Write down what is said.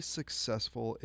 successful